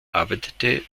arbeitete